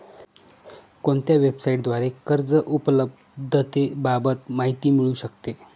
कोणत्या वेबसाईटद्वारे कर्ज उपलब्धतेबाबत माहिती मिळू शकते?